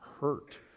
hurt